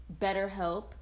BetterHelp